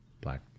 Black